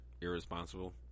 Irresponsible